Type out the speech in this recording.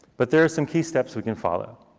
but there are some key steps we can follow.